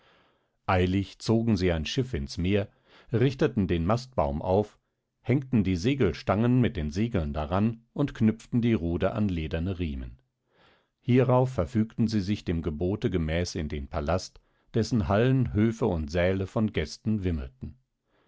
eilig zogen sie ein schiff ins meer richteten den mastbaum auf hängten die segelstangen mit den segeln daran und knüpften die ruder an lederne riemen hierauf verfügten sie sich dem gebote gemäß in den palast dessen hallen höfe und säle von gästen wimmelten